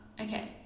okay